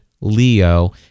Leo